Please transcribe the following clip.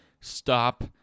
stop